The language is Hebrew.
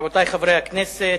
רבותי חברי הכנסת,